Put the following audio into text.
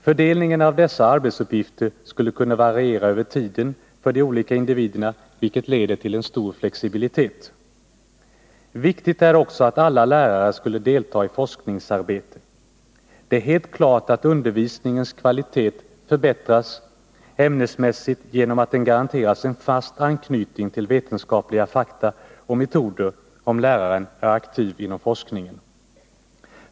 Fördelningen av dessa arbetsuppgifter skulle kunna variera över tiden för de olika individerna, vilket leder till en stor flexibilitet. Viktigt är också att alla lärare skulle delta i forskningsarbete. Det är helt klart att undervisningens kvalitet förbättras ämnesmässigt genom att den garanteras en fast anknytning till vetenskapliga fakta och metoder om läraren är aktiv inom forskningen.